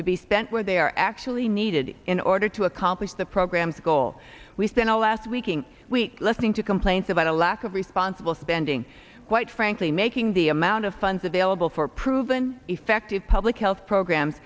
to be spent where they are actually needed in order to accomplish the program goal we spent all last week ing week listening to complaints about a lack of responsible spending quite frankly making the amount of funds available for proven effective public health programs